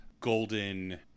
golden